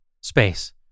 Space